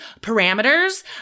parameters